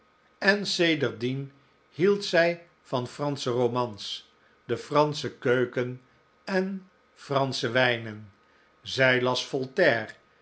en sedert dien hield zij van fransche romans de fransche keuken en fransche wijnen zij las voltaire